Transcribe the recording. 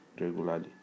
regularly